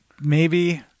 maybe-